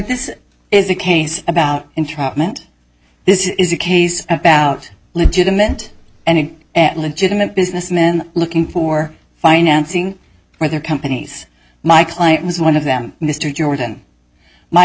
this is a case about entrapment this is a case about legitimate and at legitimate business men looking for financing for their companies my client was one of them mr jordan my